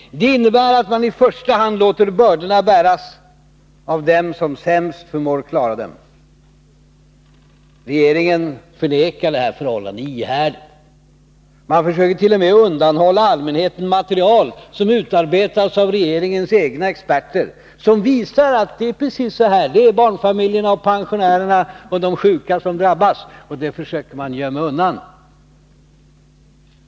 Det innebär att man i första hand låter bördorna bäras av dem som sämst förmår klara dem. Regeringen förnekar det här förhållandet ihärdigt. Man försöker t.o.m. undanhålla allmänheten material, som utarbetats av regeringens egna experter, material som redovisar att det är barnfamiljerna, pensionärerna och de sjuka som drabbas. Det försöker man gömma undan.